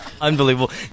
Unbelievable